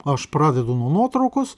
aš pradedu nuo nuotraukos